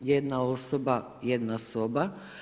Jedna osoba – jedna soba.